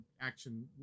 action